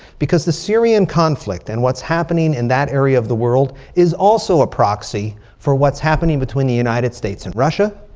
because the syrian conflict and what's happening in that area of the world is also a proxy for what's happening between the united states and russia.